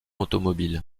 automobile